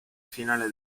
finale